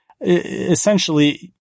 essentially